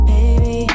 Baby